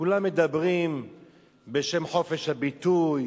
כולם מדברים בשם חופש הביטוי,